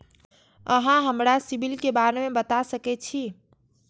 अहाँ हमरा सिबिल के बारे में बता सके छी?